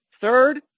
Third